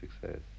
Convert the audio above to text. success